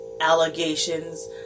allegations